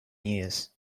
years